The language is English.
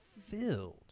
filled